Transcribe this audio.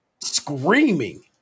screaming